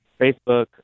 Facebook